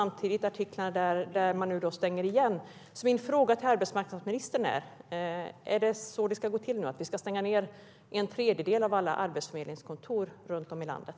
Min fråga till arbetsmarknadsministern är: Är det så det ska gå till, att man ska stänga ned en tredjedel av alla arbetsförmedlingskontor runt om i landet?